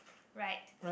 right